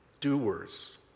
doers